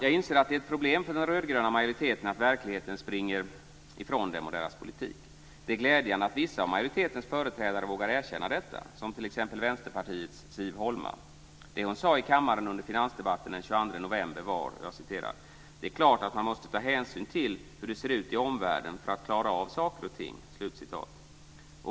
Jag inser att det är ett problem för den rödgröna majoriteten att verkligheten springer ifrån dem och deras politik. Det är glädjande att vissa av majoritetens företrädare vågar erkänna detta, som till exempel Vänsterpartiets Siv Holma. Det hon sade i kammaren under finansdebatten den 22 november var: "Det är klart att man också måste ta hänsyn till hur det ser ut i omvärlden för att klara av saker och ting."